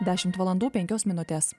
dešimt valandų penkios minutės